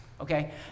Okay